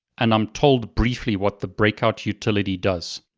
and i'm told briefly what the breakout utility does.